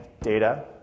data